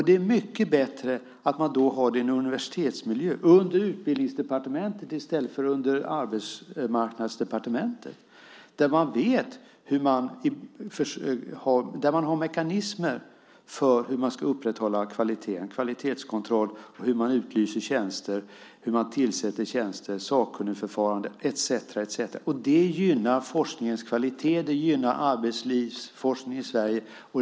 Det är mycket bättre att man då har det i en universitetsmiljö, under Utbildningsdepartementet i stället för under Arbetsmarknadsdepartementet, där man har mekanismer för hur man ska upprätthålla kvaliteten, kvalitetskontroll, hur man utlyser tjänster och tillsätter tjänster, sakkunnigförfarande etcetera. Det gynnar forskningens kvalitet. Det gynnar arbetslivsforskningen i Sverige.